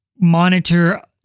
monitor